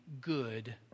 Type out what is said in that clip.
good